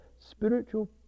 spiritual